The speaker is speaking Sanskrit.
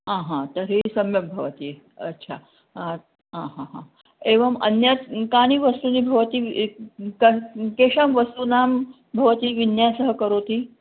आहा तर्हि सम्यग् भवति अच्छा आ हा हा एवम् अन्यत् कानि वस्तूनि भवती कर् केषां वस्तूनां भवती विन्यासः करोति